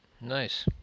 Nice